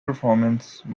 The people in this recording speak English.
performance